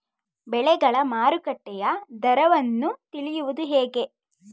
ಬೆಳೆಗಳ ಮಾರುಕಟ್ಟೆಯ ದರವನ್ನು ತಿಳಿಯುವುದು ಹೇಗೆ?